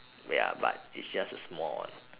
ya but it's just a small one